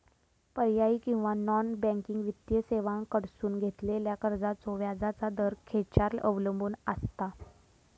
पर्यायी किंवा non banking वित्तीय सेवांकडसून घेतलेल्या कर्जाचो व्याजाचा दर खेच्यार अवलंबून आसता?